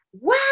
wow